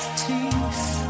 teeth